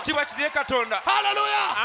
Hallelujah